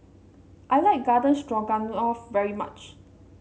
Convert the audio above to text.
I like Garden Stroganoff very much